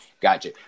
gotcha